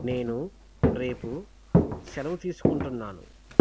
నేను రేపు సెలవు తీసుకుంటున్నాను